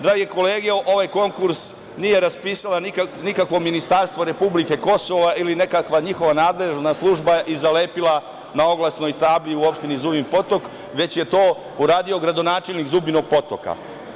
Drage kolege, ovaj konkurs nije raspisalo nikakvo ministarstvo republike Kosova ili nekakva njihova nadležna služba i zalepila na oglasnoj tabli u opštini Zubin Potok, već je to uradio gradonačelnik Zubinog Potoka.